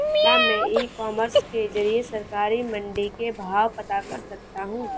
क्या मैं e commerce के ज़रिए सरकारी मंडी के भाव पता कर सकता हूँ?